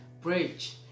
Bridge